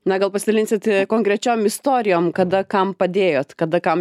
na gal pasidalinsit konkrečiom istorijom kada kam padėjot kada kam